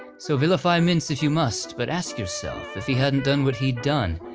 so, vilify mintz if you must, but ask yourself, if he hadn't done what he'd done,